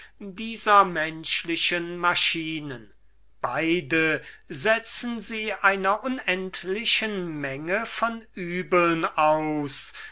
dieser menschlichen maschinen beide setzen sie einer unendlichen menge von übeln aus